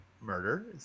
Murder